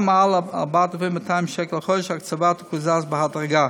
גם מעל ל-4,200 שקל לחודש ההקצבה תקוזז בהדרגה.